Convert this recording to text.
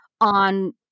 on